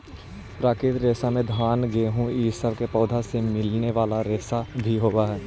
प्राकृतिक रेशा में घान गेहूँ इ सब के पौधों से मिलने वाले रेशा भी होवेऽ हई